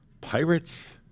Pirates